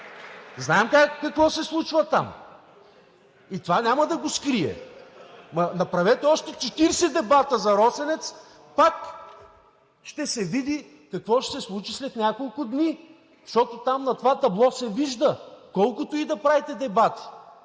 Знаем какво се случва там и това няма да го скрие. Направете още 40 дебата за „Росенец“, пак ще се види какво ще се случи след няколко дни. Защото там, на това табло, се вижда – колкото и да правите дебати,